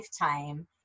lifetime